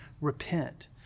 repent